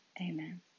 Amen